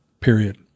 period